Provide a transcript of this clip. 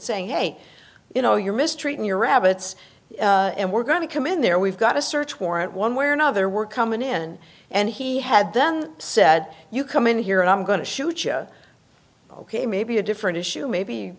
saying hey you know you're mistreating your rabbits and we're going to come in there we've got a search warrant one way or another we're coming in and he had then said you come in here and i'm going to shoot you ok maybe a different issue maybe